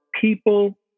people